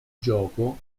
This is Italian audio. gioco